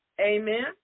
Amen